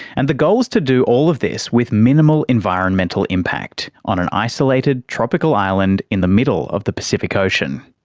and the goal is to do all of this with minimal environmental impact, on an isolated tropical island in the middle of the pacific ocean.